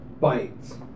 bites